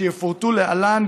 שיפורטו להלן,